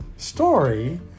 Story